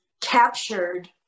captured